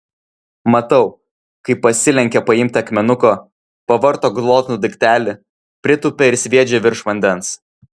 matau kaip pasilenkia paimti akmenuko pavarto glotnų daiktelį pritūpia ir sviedžia virš vandens